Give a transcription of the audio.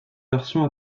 version